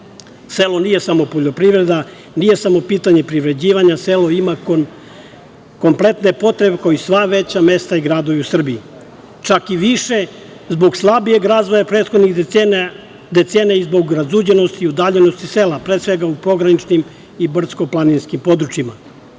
sela. Selo nije samo poljoprivreda, nije samo pitanje privređivanja, selo ima kompletne potrebe, kao i sva veća mesta i gradovi u Srbiji, čak i više zbog slabijeg razvoja prethodnih decenija i zbog razuđenosti i udaljenosti sela, pre svega u pograničnim i brdsko planinskim područjima. Zbog